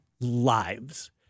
lives